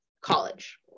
college